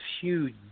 huge